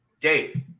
Dave